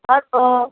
hello